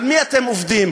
על מי אתם עובדים?